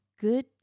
good